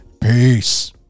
Peace